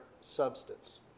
substance